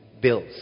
bills